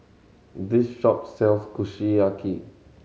this shop sells Kushiyaki